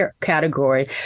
category